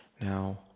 Now